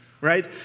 right